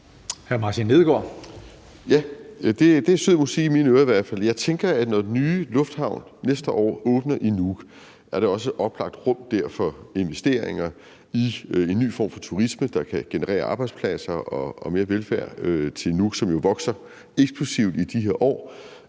det er i hvert fald sød musik i mine ører. Jeg tænker, at når den nye lufthavn næste år åbner i Nuuk, er der også et oplagt rum der for investeringer i en ny form for turisme, der kan generere arbejdspladser og mere velfærd til Nuuk, som jo vokser eksplosivt i de her år.